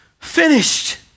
finished